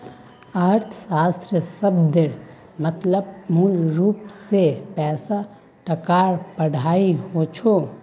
अर्थशाश्त्र शब्देर मतलब मूलरूप से पैसा टकार पढ़ाई होचे